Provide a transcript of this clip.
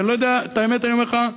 אז את האמת אני אומר לך,